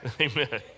Amen